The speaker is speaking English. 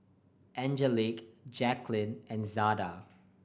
Angelic Jaclyn and Zada